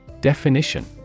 Definition